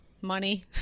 Money